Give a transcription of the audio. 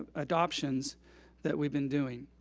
adoptions that we've been doing.